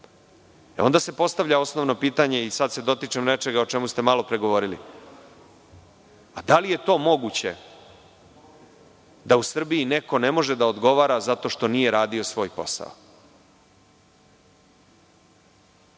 posao. Onda se postavlja osnovno pitanje, sada se dotičem nečega o čemu ste malopre govorili, da li je to moguće da u Srbiji neko ne može da odgovara zato što nije radio svoj posao?